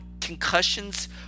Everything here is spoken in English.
concussions